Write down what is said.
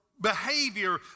behavior